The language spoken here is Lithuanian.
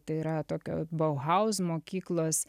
tai yra tokio bauhaus mokyklos